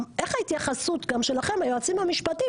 איך ההתייחסות גם שלכם היועצים המשפטיים,